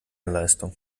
leistung